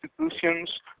institutions